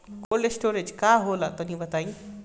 Cold storage का होला तनि बताई?